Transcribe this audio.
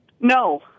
No